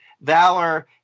Valor